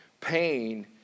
Pain